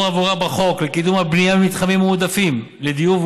בעבורה בחוק לקידום הבנייה במתחמים מועדפים לדיור,